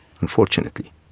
unfortunately